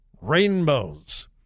rainbows